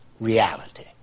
reality